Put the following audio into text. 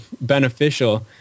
beneficial